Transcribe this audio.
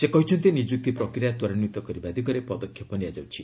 ସେ କହିଛନ୍ତି ନିଯୁକ୍ତି ପ୍ରକ୍ରିୟା ତ୍ୱରାନ୍ୱିତ କରିବା ଦିଗରେ ପଦକ୍ଷେପ ନିଆଯାଉଛି